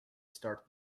start